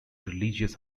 religious